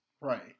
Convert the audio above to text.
Right